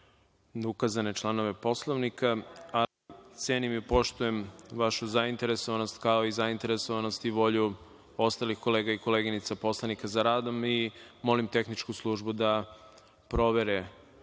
ukazane članove Poslovnika, a cenim i poštujem vašu zainteresovanost kao i zainteresovanost i volju ostalih kolega i koleginica poslanika za radom i molim tehničku službu da provere